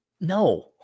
no